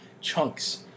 chunks